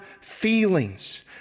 feelings